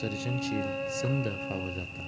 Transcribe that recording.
सर्जनशील संद फावो जाता